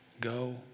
Go